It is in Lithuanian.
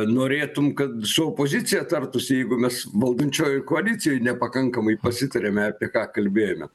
norėtum kad su opozicija tartųsi jeigu mes valdančiojoj koalicijoj nepakankamai pasitarėme apie ką kalbėjome